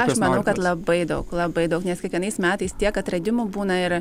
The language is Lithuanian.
aš manau kad labai daug labai daug nes kiekvienais metais tiek atradimų būna ir